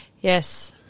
Yes